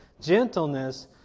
gentleness